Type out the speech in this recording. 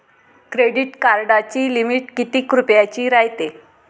Credit कार्डाची limit कितीक रुपयाची रायते?